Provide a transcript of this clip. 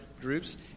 groups